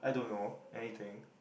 I don't know anything